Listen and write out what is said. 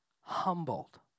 humbled